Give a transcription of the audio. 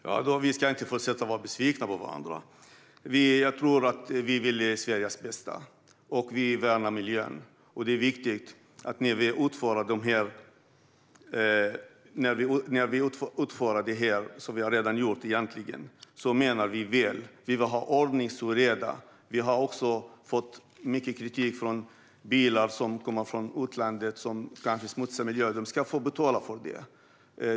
Fru talman! Vi ska inte fortsätta att vara besvikna på varandra. Jag tror att vi vill Sveriges bästa, och vi vill värna miljön. Det är viktigt att vi menar väl när vi genomför detta, vilket vi egentligen redan har gjort. Vi vill ha ordning och reda. Vi har fått mycket kritik för att bilar som kommer från utlandet smutsar ned miljön - de ska få betala för det.